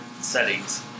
settings